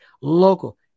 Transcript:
Local